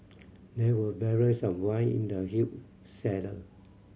there were barrels of wine in the huge cellar